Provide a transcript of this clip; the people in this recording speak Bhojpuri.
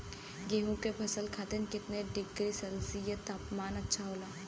गेहूँ के फसल खातीर कितना डिग्री सेल्सीयस तापमान अच्छा होला?